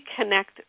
connect